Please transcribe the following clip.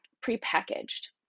pre-packaged